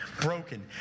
broken